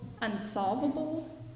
unsolvable